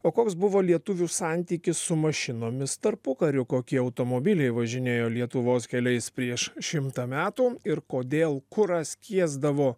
o koks buvo lietuvių santykis su mašinomis tarpukariu kokie automobiliai važinėjo lietuvos keliais prieš šimtą metų ir kodėl kurą skiesdavo